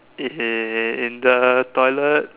in in the toilet